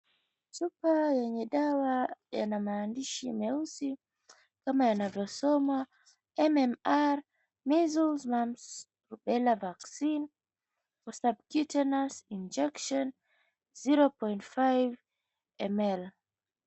Chupa yenye dawa yana maandishi meusi, kama yanavyosoma; MMR Measles, Mumps and Rubella Vaccine for subcuteneous njection 0.5 ml.